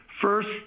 first